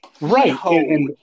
right